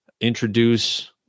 introduce